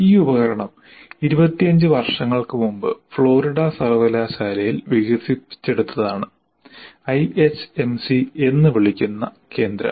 ഈ ഉപകരണം 25 വർഷങ്ങൾക്ക് മുമ്പ് ഫ്ലോറിഡ സർവകലാശാലയിൽ വികസിപ്പിച്ചെടുത്തതാണ് ഐഎച്ച്എംസി എന്ന് വിളിക്കുന്ന കേന്ദ്രം